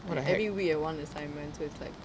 every week got one assignment so it's like